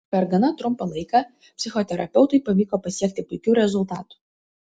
per gana trumpą laiką psichoterapeutui pavyko pasiekti puikių rezultatų